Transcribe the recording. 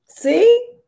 See